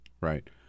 Right